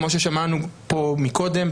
כמו ששמענו פה קודם,